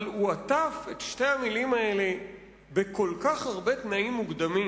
אבל הוא עטף את שתי המלים האלה בכל כך הרבה תנאים מוקדמים,